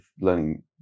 learning